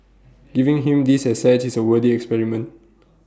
giving him these assets is A worthy experiment